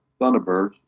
Thunderbirds